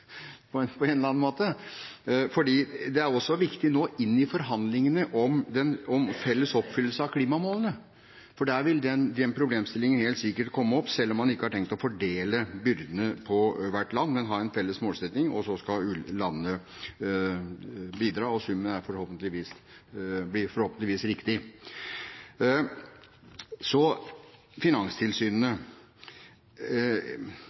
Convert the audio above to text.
samtalen om på en eller annen måte. Det er også viktig nå inn i forhandlingene om felles oppfyllelse av klimamålene. Der vil den problemstillingen helt sikkert komme opp, selv om en ikke har tenkt å fordele byrdene på hvert land, men ha en felles målsetting. Så skal landene bidra, og summen blir forhåpentligvis riktig. Så